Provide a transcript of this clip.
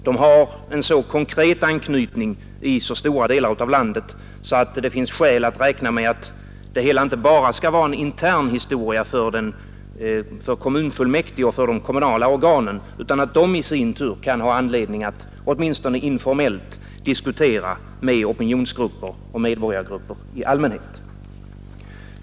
De har så konkret anknytning i stora delar av landet att det finns skäl att räkna med att remissbehandlingen inte bör vara en intern historia för kommunfullmäktige och de kommunala organen utan att dessa i sin tur kan ha anledning att åtminstone informellt diskutera med opinionsgrupper och med medborgargrupper i allmänhet.